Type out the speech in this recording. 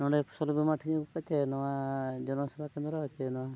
ᱱᱚᱰᱮ ᱯᱷᱚᱥᱚᱞ ᱵᱤᱢᱟ ᱴᱷᱮᱡ ᱟᱹᱜᱩ ᱠᱟᱛᱮ ᱪᱮ ᱱᱚᱣᱟ ᱡᱚᱱᱚ ᱥᱮᱵᱟ ᱠᱮᱱᱫᱨᱚ ᱪᱮ ᱱᱚᱣᱟ